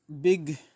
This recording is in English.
big